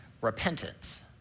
repentance